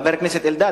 חבר הכנסת אלדד,